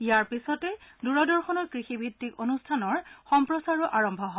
ইয়াৰ পিছতে দূৰদৰ্শনৰ কৃষি ভিত্তিক অনুষ্ঠানৰ প্ৰচাৰ আৰম্ভ হয়